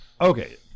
Okay